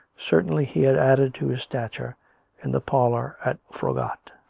certainly he had added to his stature in the parlour at froggatt.